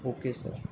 okay sir